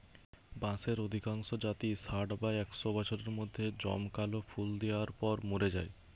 বাঁশের অধিকাংশ জাতই ষাট বা একশ বছরের মধ্যে জমকালো ফুল দিয়ার পর মোরে যায়